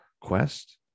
quest